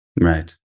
Right